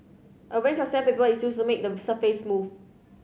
a range of sandpaper is used to make the surface smooth